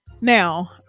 Now